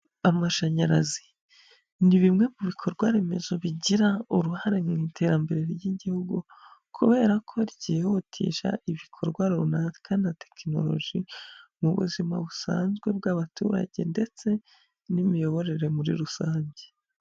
Amashanyarazi ni bimwe mu bikorwa remezo bigira uruhare mu iterambere ry'igihugu, kubera ko ryihutisha ibikorwa runaka na tekinoloji mu buzima busanzwe bw'abaturage ndetse n'imiyoborere muri rusange.